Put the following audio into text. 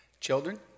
children